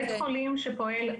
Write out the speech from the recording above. בית חולים שפועל,